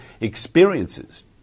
experiences